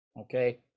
okay